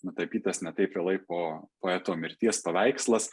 nutapytas ne taip vėlai po poeto mirties paveikslas